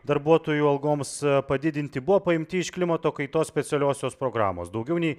darbuotojų algoms padidinti buvo paimti iš klimato kaitos specialiosios programos daugiau nei